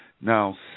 now